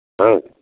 हाँ